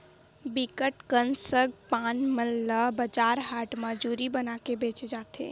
बिकट कन सग पान मन ल बजार हाट म जूरी बनाके बेंचे जाथे